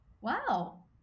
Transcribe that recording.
Wow